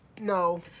No